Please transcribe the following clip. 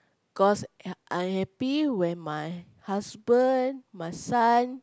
cause I I happy when my husband my son